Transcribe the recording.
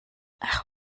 ach